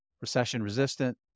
recession-resistant